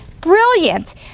brilliant